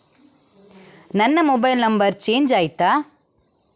ನನ್ನ mobile number change ಆಯ್ತಾ?